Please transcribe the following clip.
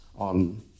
On